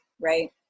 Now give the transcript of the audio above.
right